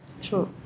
Sure